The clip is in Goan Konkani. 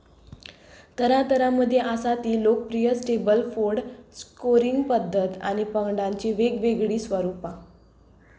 तरा तरा मदीं आसा ती लोकप्रीय स्टेबलफोर्ड स्कोरींग पद्दत आनी पंगडांचीं वेग वेगळीं स्वरूपां